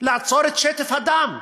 לעצור את שטף הדם,